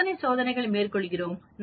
எத்தனை சோதனைகளை மேற்கொள்கிறோம்